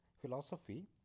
philosophy